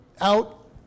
out